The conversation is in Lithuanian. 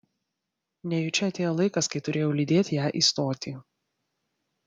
nejučia atėjo laikas kai turėjau lydėt ją į stotį